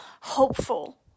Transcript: hopeful